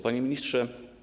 Panie Ministrze!